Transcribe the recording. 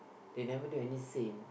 they never do any sin